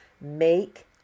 make